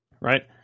Right